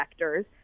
vectors